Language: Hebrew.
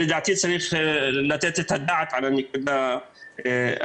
לדעתי צריך לתת את הדעת על הנקודה הזאת.